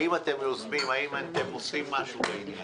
האם אתם יוזמים, האם אתם עושים משהו בעניין?